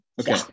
Okay